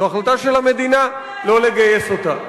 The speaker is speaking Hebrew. זו החלטה של המדינה לא לגייס אותה.